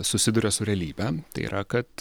susiduria su realybe tai yra kad